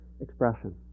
expression